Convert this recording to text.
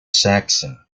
saxon